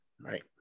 right